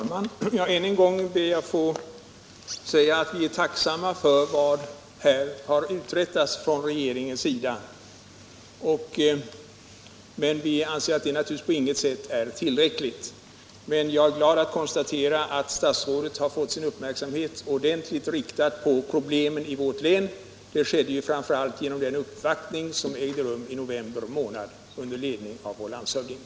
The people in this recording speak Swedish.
Herr talman! Än en gång vill jag ha nämnt att vi är tacksamma för vad som här har uträttats från den nya regeringens sida. Men vi i Kalmar län anser naturligtvis att det på intet sätt är tillräckligt. Jag är emellertid glad att kunna konstatera att statsrådet Ahlmark fått sin uppmärksamhet ordentligt riktad på problemen i vårt län. Det skedde framför allt genom den uppvaktning för arbetsmarknads och industriministrarna som ägde rum i november av en länsdeputation under ledning av vår landshövding.